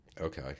Okay